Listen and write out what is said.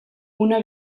una